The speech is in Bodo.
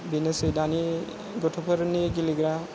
बेनोसै दानि गथ'फोरनि गेलेग्रा